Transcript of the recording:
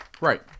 right